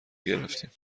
گرفتیم